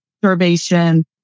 starvation